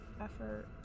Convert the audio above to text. effort